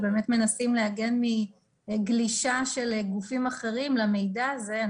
ובאמת מנסים להגן מגלישה של גופים אחרים למידע הזה.